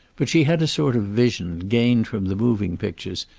but she had a sort of vision, gained from the moving pictures,